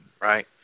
right